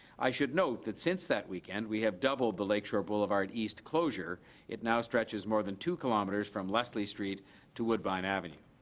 i should note that, since that weekend, we have doubled the lake shore boulevard east closure it now stretches more than two kilometres, from leslie street to woodbine avenue.